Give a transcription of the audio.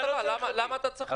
כדי להציע הטבה אתה לא צריך אותי.